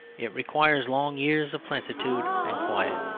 it requires long years of plenitude and quiet,